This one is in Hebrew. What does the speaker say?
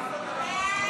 הצבעה.